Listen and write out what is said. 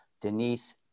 Denise